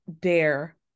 dare